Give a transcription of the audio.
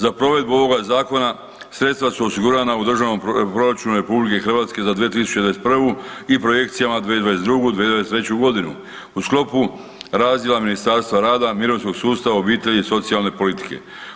Za provedbu ovoga zakona sredstva su osigurana u državnom proračunu RH za 2021. i projekcijama za 2022. i 2023.g. u sklopu razdjela Ministarstva rada, mirovinskog sustava, obitelji i socijalne politike.